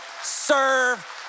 serve